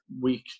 week